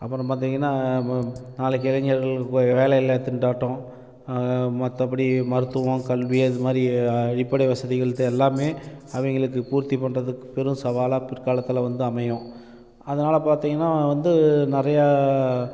அப்புறம் பார்த்தீங்கன்னா நாளைக்கு இளைஞர்கள் வேலையில்லா திண்டாட்டம் மற்றபடி மருத்துவம் கல்வி அது மாதிரி அடிப்படை வசதிகளுக்கு எல்லாமே அவங்களுக்கு பூர்த்தி பண்றதுக்கு பெரும் சவாலாக பிற்காலத்தில் வந்து அமையும் அதனால் பார்த்தீங்கன்னா வந்து நிறையா